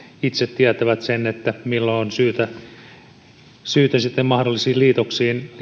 itse tietävät sen milloin on syytä sitten mahdollisiin liitoksiin